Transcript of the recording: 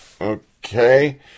Okay